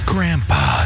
Grandpa